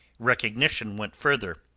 recognition went further.